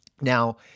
Now